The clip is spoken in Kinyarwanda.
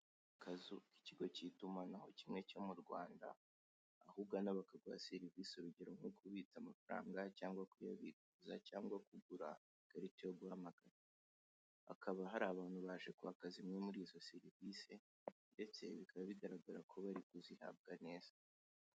Akazu k'ikigo kitumanaho kimwe cyo mu Rwanda aho ugana bakaguha serivise urugero nko kubitsa amafaranga cyangwa kuyabikuza cyangwa kugura ikarita yo guhamagara hakaba hari abantu baje kwaka zimwe muri izo serivise ndetse bikaba bigaragara ko bari kuzihabwa neza.